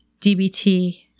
DBT